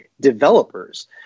developers